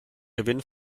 gewinn